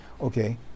okay